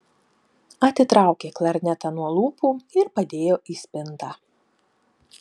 atitraukė klarnetą nuo lūpų ir padėjo į spintą